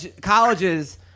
colleges